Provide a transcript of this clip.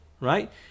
right